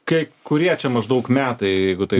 kai kurie čia maždaug metai jeigu taip